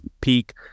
Peak